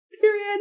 Period